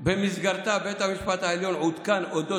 ובמסגרתה בית המשפט העליון עודכן על אודות